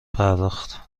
پرداخت